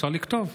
אפשר לכתוב.